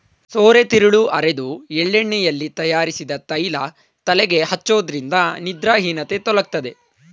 ಸೋರೆತಿರುಳು ಅರೆದು ಎಳ್ಳೆಣ್ಣೆಯಲ್ಲಿ ತಯಾರಿಸಿದ ತೈಲ ತಲೆಗೆ ಹಚ್ಚೋದ್ರಿಂದ ನಿದ್ರಾಹೀನತೆ ತೊಲಗ್ತದೆ